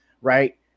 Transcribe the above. right